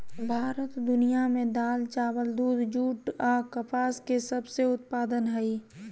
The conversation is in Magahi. भारत दुनिया में दाल, चावल, दूध, जूट आ कपास के सबसे उत्पादन हइ